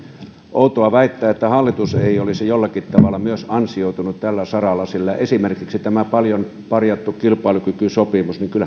outoa väittää että hallitus ei olisi jollakin tavalla myös ansioitunut tällä saralla sillä kyllähän esimerkiksi tämä paljon parjattu kilpailukykysopimus